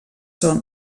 són